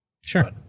Sure